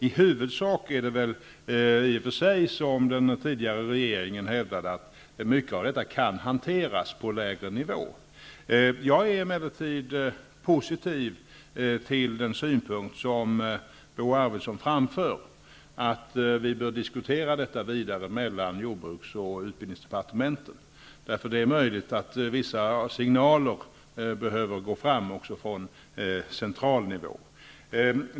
I huvudsak är det i och för sig som den tidigare regeringen hävdade, nämligen att mycket av detta kan hanteras på lägre nivå. Jag är emellertid positiv till den synpunkt som Bo Arvidson framför, nämligen att vi bör diskutera frågan vidare mellan jordbruks och utbildningsdepartementen. Det är möjligt att vissa signaler behöver gå fram från central nivå.